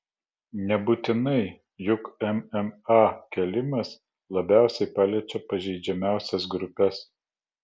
nebūtinai juk mma kėlimas labiausiai paliečia pažeidžiamiausias grupes